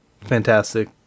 fantastic